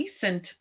decent